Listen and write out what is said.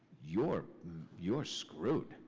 you're you're screwed.